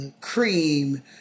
cream